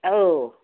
औ